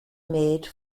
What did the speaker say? made